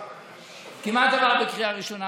כמעט עבר בקריאה ראשונה,